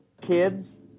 kids